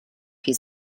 his